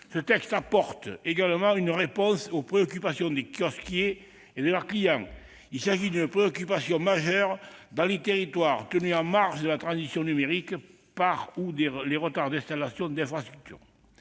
ce texte apporte une réponse aux préoccupations des kiosquiers et de leurs clients. Il s'agit d'un enjeu majeur dans les territoires tenus en marge de la transition numérique par les retards d'installation d'infrastructures.